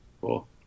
Cool